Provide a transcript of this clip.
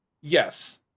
Yes